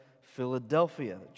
Philadelphia